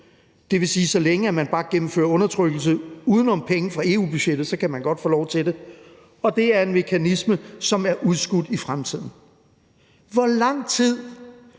Det vil sige, at man, så længe man bare gennemfører undertrykkelse uden om penge fra EU-budgettet, godt kan få lov til det, og det er en mekanisme, som er udskudt i fremtiden. Kl.